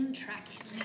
tracking